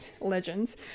Legends